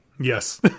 Yes